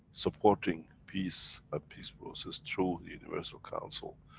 supporting peace and peace process through universal council,